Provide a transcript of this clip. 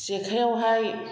जेखाइयावहाय